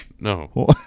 No